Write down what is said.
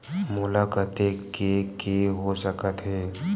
मोला कतेक के के हो सकत हे?